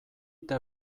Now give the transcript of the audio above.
eta